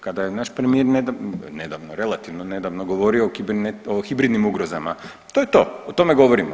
Kada je naš premijer nedavno, relativno nedavno govorio o hibridnim ugrozama to je to, o tome govorimo.